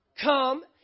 come